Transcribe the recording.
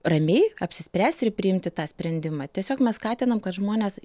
ramiai apsispręsti ir priimti tą sprendimą tiesiog mes skatinam kad žmonės